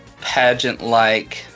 pageant-like